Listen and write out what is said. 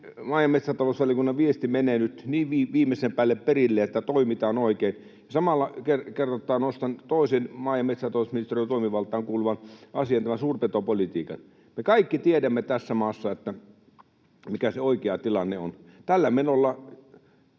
maa- ja metsätalousvaliokunnan viesti menee nyt niin viimeisen päälle perille, että toimitaan oikein. Samalla kertaa nostan toisen maa- ja metsätalousministeriön toimivaltaan kuuluvan asian, tämän suurpetopolitiikan. Me kaikki tiedämme tässä maassa, mikä se oikea tilanne on. Kun